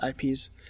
IPs